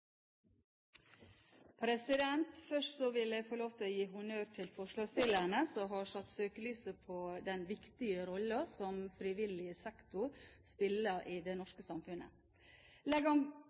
vedtatt. Først vil jeg få lov til å gi honnør til forslagsstillerne, som har satt søkelyset på den viktige rollen som frivillig sektor spiller i det norske